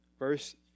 Verse